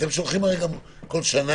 אתם שולחים גם כל שנה